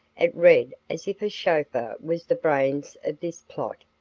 it read as if a chauffeur was the brains of this plot.